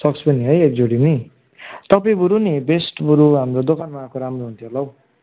socks पनि है एक जोडी नि तपाईँ बरू नि बेस्ट बरू हाम्रो दोकानमा आएको राम्रो हुन्थ्यो होला हौ